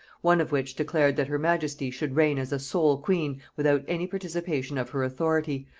one of which declared that her majesty should reign as a sole queen without any participation of her authority,